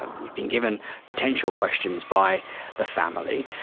ah we'd been given potential questions by the family,